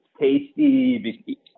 tasty